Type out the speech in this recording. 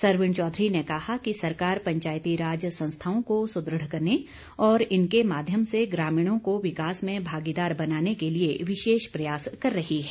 सरवीण चौधरी ने कहा कि सरकार पंचायतीराज संस्थाओं को सुदृढ़ करने और इनके माध्यम से ग्रामीणों को विकास में भागीदार बनाने के लिए विशेष प्रयास कर रही है